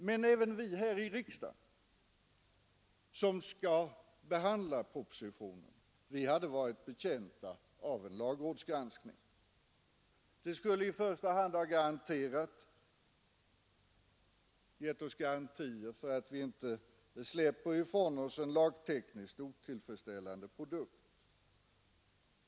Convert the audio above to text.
Men även vi här i riksdagen som skall behandla propositionen hade varit betjänta av en lagrådsgranskning. Den skulle i första hand ha gett oss garantier för att vi inte släpper ifrån oss en lagtekniskt otillfredsställande produkt.